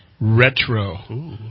Retro